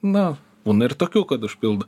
na būna ir tokių kad užpildo